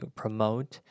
promote